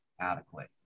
adequate